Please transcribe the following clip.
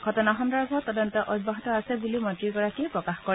ঘটনা সন্দৰ্ভত তদন্ত অব্যাহত আছে বুলিও মন্ত্ৰীগৰাকীয়ে প্ৰকাশ কৰে